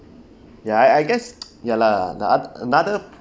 ya I I guess ya lah anot~ another